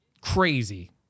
crazy